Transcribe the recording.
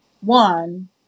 one